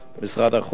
משרד החוץ,